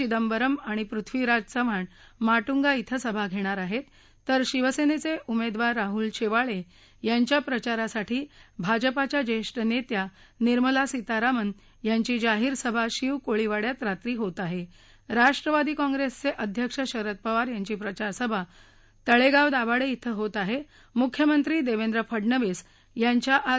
चिदंबरम आणि पृथ्वीराज चव्हाण माट्गा इथं सभा घघीर आहक्तितर शिवसहििउमद्वीर राहल शक्तिच्या प्रचारासाठी भाजपाच्या ज्यहिनेखा निर्मला सीतारामन यांची जाहीर सभा शीव कोळीवाङ्यात रात्री होत आह उपष्ट्रवादी काँग्रस्क्रि अध्यक्ष शरद पवार यांची प्रचारसभा तळप्रिव दाभाडक्थं होत आहा मुख्यमंत्री दक्षेत्रे फडणवीस यांच्या आज